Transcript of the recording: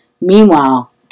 Meanwhile